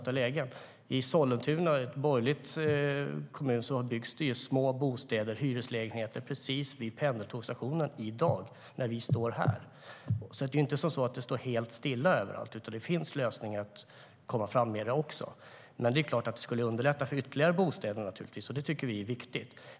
I den borgerliga kommunen Sollentuna byggs just nu små hyreslägenheter precis vid pendeltågsstationen. Det står alltså inte helt stilla överallt, utan det finns lösningar för att komma framåt. Givetvis skulle det underlätta för ytterligare bostäder, och det är viktigt.